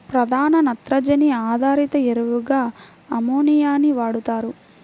ప్రధాన నత్రజని ఆధారిత ఎరువుగా అమ్మోనియాని వాడుతారు